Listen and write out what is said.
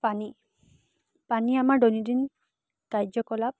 পানী পানী আমাৰ দৈনন্দিন কাৰ্য কলাপ